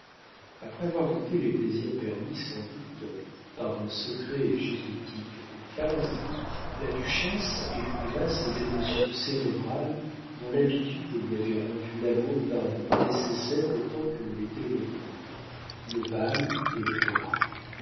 après avoir goûté les plaisirs permis sans doute par un secret et jésuitique oukase la duchesse éprouva ces émotions cérébrales dont l'habitude lui avait rendu l'amour d'armand nécessaire autant que l'étaient le monde le bal et l'opéra